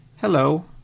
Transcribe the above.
Hello